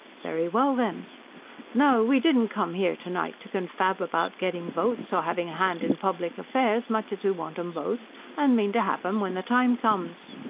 very well, then now we didn't come here to-night to confab about getting votes, or having a hand in public affairs much as we want em both and mean to have em, when the time comes.